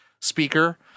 speaker